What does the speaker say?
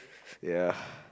ppl ya